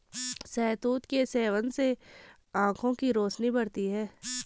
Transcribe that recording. शहतूत के सेवन से आंखों की रोशनी बढ़ती है